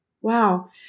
wow